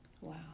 Wow